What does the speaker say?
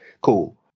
Cool